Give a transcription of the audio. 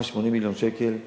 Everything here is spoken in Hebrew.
ממש 80 מיליון שקל,